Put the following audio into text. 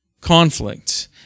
Conflict